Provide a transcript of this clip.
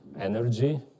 Energy